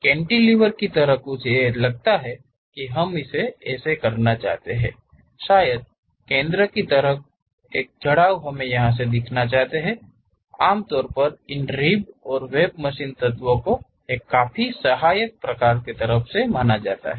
cantilever की तरह कुछ लगता है कि हम ऐसा करना चाहते हैं शायद केंद्र की तरह की चढ़ाव हम यहा दिखाना चाहते हैं आमतौर पर इन रिब और वेब मशीन तत्वों के एक काफी सहायक प्रकार हैं